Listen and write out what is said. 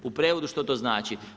U prijevodu što to znači?